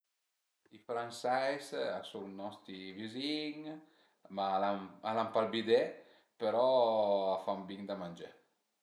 I franseis a sun nosti vizin, ma al an ba ël bidé, però a fan bin da mangé